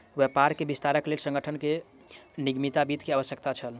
व्यापार के विस्तारक लेल संगठन के निगमित वित्त के आवश्यकता छल